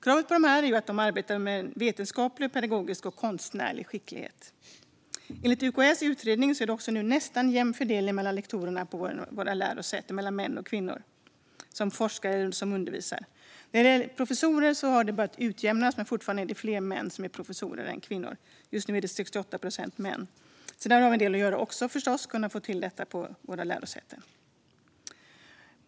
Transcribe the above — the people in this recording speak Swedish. Kravet är att dessa arbetar efter en vetenskaplig, pedagogisk och konstnärlig skicklighet. Enligt UKÄ:s utredning är det nu nästan en jämn könsfördelning mellan män och kvinnor som forskar eller undervisar på lärosäten. När det gäller professorerna har det börjat utjämnas, men fortfarande är det fler män än kvinnor som är professorer. Just nu är det 68 procent män, så där har vi förstås också en del att göra.